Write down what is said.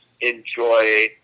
enjoy